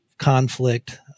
conflict